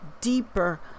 deeper